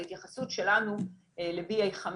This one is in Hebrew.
ההתייחסות שלנו ל-BA.5,